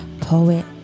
poet